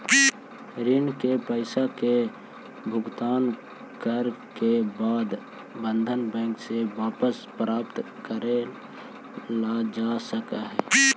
ऋण के पईसा के भुगतान करे के बाद बंधन बैंक से वापस प्राप्त करल जा सकऽ हई